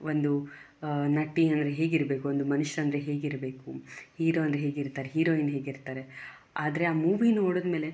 ಒಂದು ನಟಿ ಅಂದರೆ ಹೇಗಿರಬೇಕು ಒಂದು ಮನುಷ್ಯ ಅಂದರೆ ಹೇಗಿರಬೇಕು ಹೀರೋ ಅಂದರೆ ಹೇಗಿರ್ತಾರೆ ಹೀರೋಯಿನ್ ಹೇಗಿರ್ತಾರೆ ಆದರೆ ಆ ಮೂವಿ ನೋಡಿದಮೇಲೆ